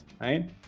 Right